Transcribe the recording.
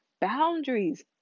boundaries